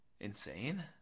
insane